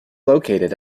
located